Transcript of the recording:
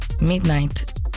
midnight